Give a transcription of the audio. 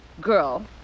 girl